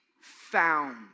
found